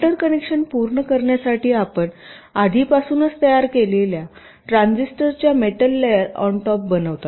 interconnections पूर्ण करण्यासाठी आपण आधीपासूनच तयार केलेल्या ट्रान्झिस्टर च्या मेटल लेयर ऑन टॉप बनवतात